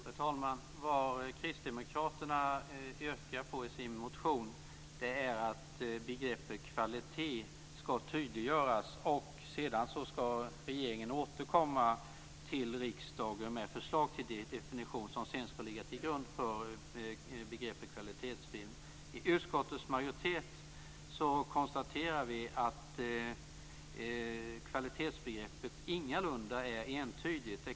Fru talman! Vad kristdemokraterna yrkar på i sin motion är att begreppet kvalitet ska tydliggöras, och sedan ska regeringen återkomma till riksdagen med förslag till de definitioner som ska ligga till grund för begreppet kvalitetsfilm. I utskottets majoritet konstaterar vi att kvalitetsbegreppet ingalunda är entydigt.